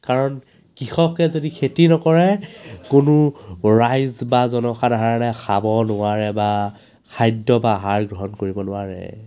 কাৰণ কৃষকে যদি খেতি নকৰে কোনো ৰাইজ বা জনসাধাৰণে খাব নোৱাৰে বা খাদ্য বা আহাৰ গ্ৰহণ কৰিব নোৱাৰে